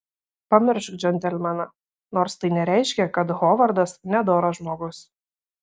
pamiršk džentelmeną nors tai nereiškia kad hovardas nedoras žmogus